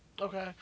Okay